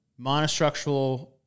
monostructural